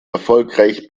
erfolgreich